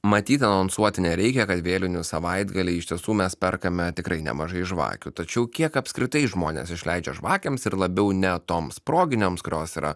matyt anonsuoti nereikia kad vėlinių savaitgalį iš tiesų mes perkame tikrai nemažai žvakių tačiau kiek apskritai žmonės išleidžia žvakėms ir labiau ne toms proginėms kurios yra